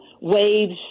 waves